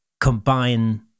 combine